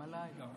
שלי